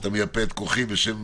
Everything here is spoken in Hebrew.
אני אייפה את כוחי שם